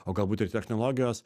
o galbūt ir technologijos